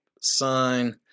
sign